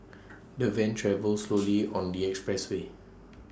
the van travelled slowly on the expressway